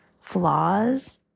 flaws